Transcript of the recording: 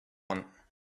one